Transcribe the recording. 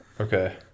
Okay